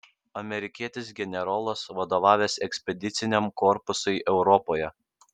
amerikietis generolas vadovavęs ekspediciniam korpusui europoje